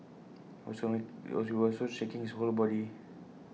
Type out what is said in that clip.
he was also shaking his whole body